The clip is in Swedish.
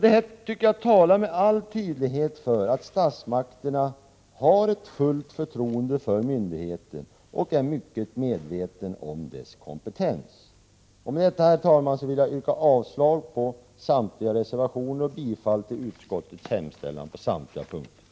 Detta talar med all tydlighet för att statsmakten har fullt förtroende för myndigheten och är mycket medveten om dess kompetens. Med detta, herr talman, vill jag yrka avslag på reservationerna och bifall till utskottets hemställan på alla punkter.